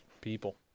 people